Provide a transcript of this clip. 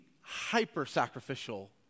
hyper-sacrificial